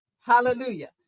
Hallelujah